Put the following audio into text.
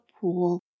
pool